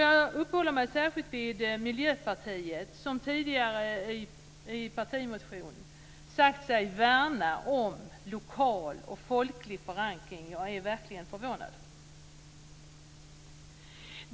Jag uppehåller mig särskilt vid Miljöpartiet, som i en partimotion tidigare har sagt sig värna om lokal och folklig förankring. Jag är verkligen förvånad.